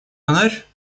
фонарь